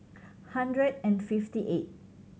hundred and fifty eight